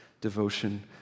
devotion